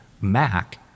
Mac